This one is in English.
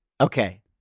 Okay